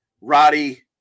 Roddy